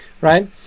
right